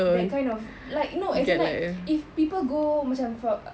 that kind of like no as in like if people go macam for